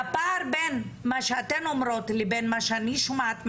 והפער בין מה שאתן אומרות לבין מה שאני שומעת מהנציבות,